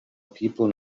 people